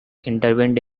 intervened